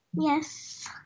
Yes